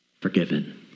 forgiven